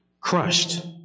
crushed